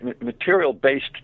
material-based